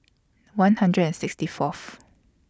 one hundred and sixty Fourth